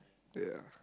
ya